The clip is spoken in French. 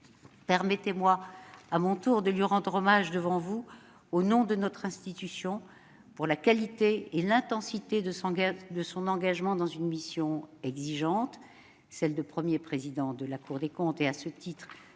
Permettez-moi à mon tour de lui rendre hommage devant vous, au nom de notre institution, pour la qualité et l'intensité de son engagement dans une mission exigeante, celle de Premier président de la Cour des comptes et, à ce titre,